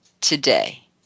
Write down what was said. today